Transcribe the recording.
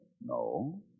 No